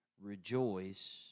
Rejoice